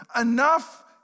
enough